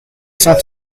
cent